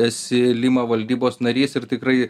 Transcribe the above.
esi lima valdybos narys ir tikrai